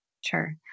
Sure